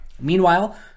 Meanwhile